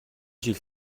жил